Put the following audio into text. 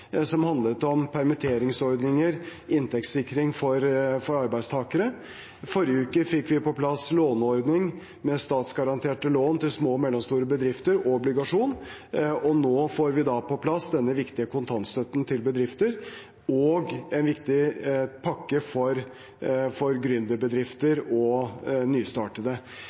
som handlet om permitteringsordninger og inntektssikring for arbeidstakere. I forrige uke fikk vi på plass en låneordning med statsgaranterte lån til små og mellomstore bedrifter, og obligasjon, og nå får vi på plass denne viktige kontantstøtten til bedrifter og en viktig pakke for gründerbedrifter og nystartede.